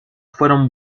fueron